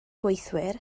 gweithwyr